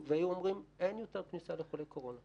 והיינו אומרים: אין יותר כניסה לחולי קורונה.